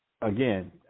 again